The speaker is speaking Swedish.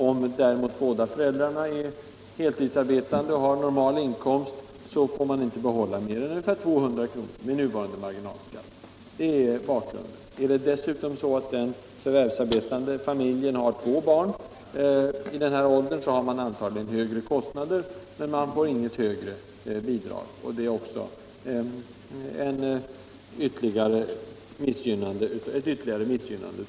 Om däremot båda föräldrarna är heltidsarbetande och har normal inkomst får man inte behålla mer än ungefär 200 kr. med nuvarande marginalskatt. Det är bakgrunden. Är det dessutom så att den förvärvsarbetande familjen har två barn i den här åldern har man antagligen högre kostnader, men man får inget högre bidrag. Det är ytterligare ett missgynnande av de förvärvsarbetande.